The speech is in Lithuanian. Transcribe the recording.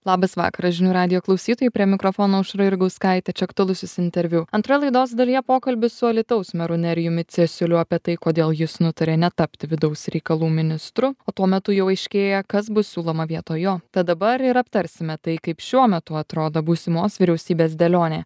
labas vakaras žinių radijo klausytojai prie mikrofono aušra jurgauskaitė čia aktualusis interviu antroje laidos dalyje pokalbis su alytaus meru nerijumi cesiuliu apie tai kodėl jis nutarė netapti vidaus reikalų ministru o tuo metu jau aiškėja kas bus siūloma vietoj jo tad dabar ir aptarsime tai kaip šiuo metu atrodo būsimos vyriausybės dėlionė